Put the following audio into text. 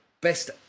best